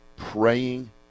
Praying